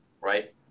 right